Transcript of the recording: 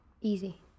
Easy